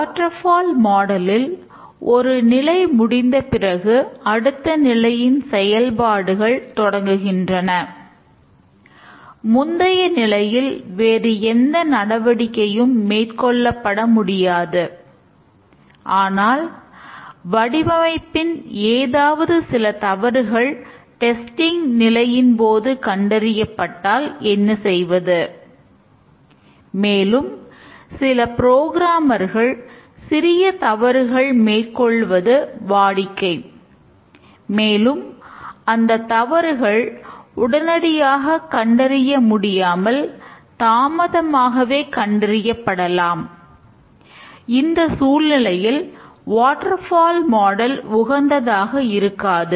water fall மாடலில் உகந்ததாக இருக்காது